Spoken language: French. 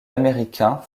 américains